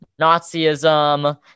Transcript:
Nazism